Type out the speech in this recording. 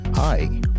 Hi